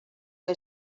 que